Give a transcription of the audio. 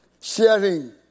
sharing